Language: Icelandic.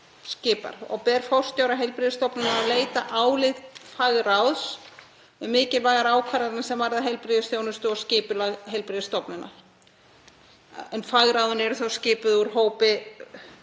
skipar og ber forstjóra heilbrigðisstofnunar að leita álits fagráðs um mikilvægar ákvarðanir sem varða heilbrigðisþjónustu og skipulag heilbrigðisstofnunar, en fagráðin eru þá skipuð úr hópi